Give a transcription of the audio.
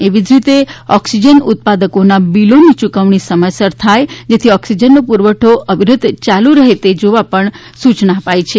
એવી જ રીતે ઓક્સીજન ઉત્પાદકોના બીલોની યૂકવણી સમયસર થાય જેથી ઓક્સીજનનો પુરવઠો અવિરહત યાલુ રહે તે જોવા પણ સૂચના અપાઈ છે